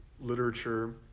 literature